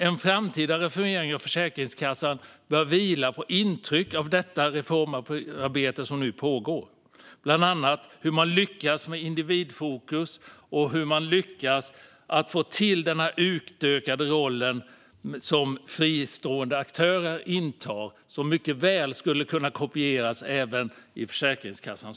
En framtida reformering av Försäkringskassan bör vila på intryck av detta reformarbete som nu pågår, bland annat när det gäller hur man lyckas med individfokus och med den utökade roll som fristående aktörer intar. Det skulle mycket väl kunna kopieras även när det gäller Försäkringskassan.